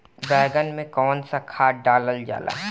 बैंगन में कवन सा खाद डालल जाला?